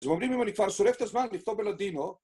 אז, הם אומרים לי אם אני כבר שורף את הזמן לכתוב בלאדינו